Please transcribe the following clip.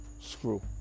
screw